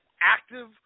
active